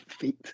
feet